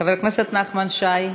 חבר הכנסת נחמן שי.